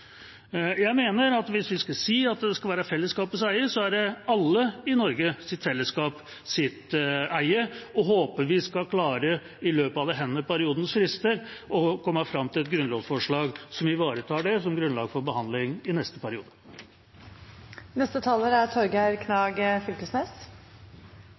Jeg mener at hvis vi skal si at det skal være fellesskapets eie, skal det gjelde alle i Norge. Jeg håper vi skal klare, innenfor denne periodens frister, å komme fram til et grunnlovsforslag som ivaretar det, som grunnlag for behandling i neste periode. I eit framoverperspektiv deler eg inngangen til både representanten Andersen og representanten Harberg – her er